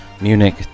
Munich